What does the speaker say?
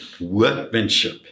workmanship